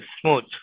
smooth